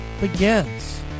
begins